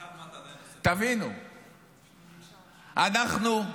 תבינו, אנחנו,